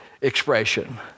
expression